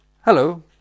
Hello